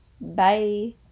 Bye